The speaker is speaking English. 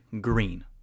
green